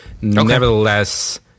Nevertheless